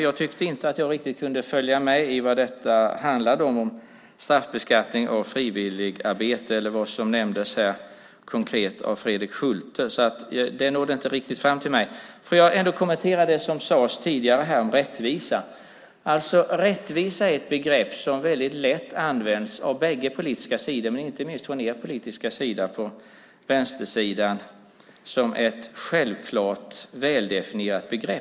Jag tyckte inte att jag riktigt kunde följa med i vad detta med straffbeskattning, frivilligarbete och det som nämndes av Fredrik Schulte handlade om. Det nådde inte riktigt fram till mig. Låt mig ändå kommentera det som sades tidigare här om rättvisa. Rättvisa är ett begrepp som används väldigt lätt av båda de politiska sidorna, och inte minst från vänstersidan, som ett självklart, väldefinierat begrepp.